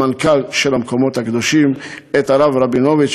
הרב רבינוביץ,